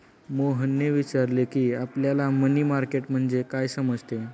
मोहनने विचारले की, आपल्याला मनी मार्केट म्हणजे काय समजते?